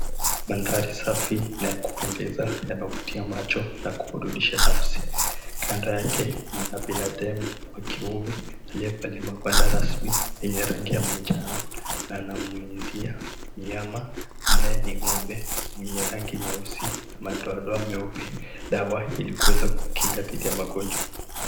Mandhari safi na ya kupendeza na kuvutia macho na kuburudisha nafasi kando yake kuna binadamu wa kiume aliyevalia magwanda rasmi yenye rangi ya manjano, na anamunyunyuzia mnyama ambaye ni ng'ombe mwenye rangi nyeusi na madoadoa meupe dawa ilikuweza kumkinga dhidi ya magonjwa .